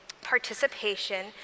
participation